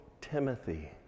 Timothy